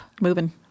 Moving